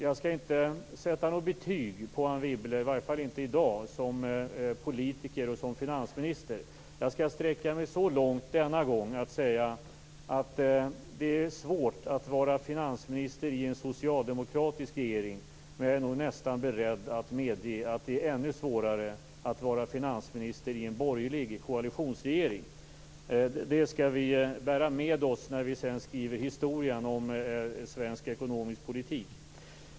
Jag skall inte sätta något betyg på Anne Wibble, i varje fall inte i dag, som politiker och som finansminister. Jag skall denna gång sträcka mig så långt som att säga: Det är svårt att vara finansminister i en socialdemokratisk regering, men jag är nästan beredd att medge att det är ännu svårare att vara finansminister i en borgerlig koalitionsregering. Det skall vi bära med oss när vi sedan skriver historien om svensk ekonomisk politik.